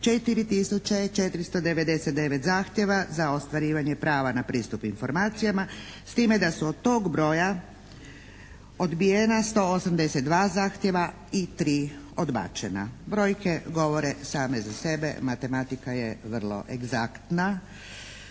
499 zahtjeva za ostvarivanje prava na pristup informacijama s time da su od tog broja odbijena 182 zahtjeva i 3 odbačena. Brojke govore same za sebe, matematika je vrlo egzaktna